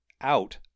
out